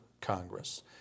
Congress